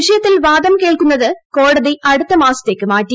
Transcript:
വിഷയത്തിൽ വാദം ക്ടേൾക്കുന്നത് കോടതി അടുത്തമാസത്തേക്ക് മാറ്റി